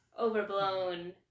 overblown